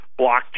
blockchain